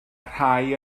rhai